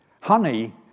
Honey